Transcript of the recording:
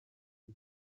his